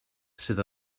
sydd